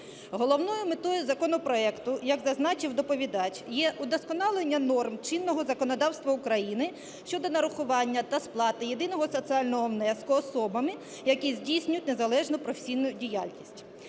Головною метою законопроекту, як зазначив доповідач, є удосконалення норм чинного законодавства України щодо нарахування та сплати єдиного соціального внеску особами, які здійснюють незалежну професійну діяльність.